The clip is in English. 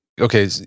Okay